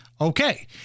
okay